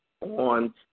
on